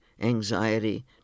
anxiety